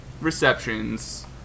receptions